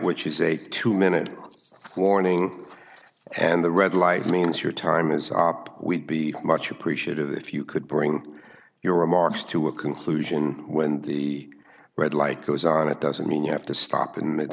which is a two minute warning and the red light means your time is up we'd be much appreciated if you could bring your remarks to a conclusion when the red light goes on it doesn't mean you have to stop in that